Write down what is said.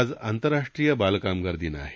आज आंतरराष्ट्रीय बालकामगार दिन आहे